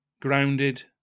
grounded